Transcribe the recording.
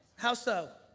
how so?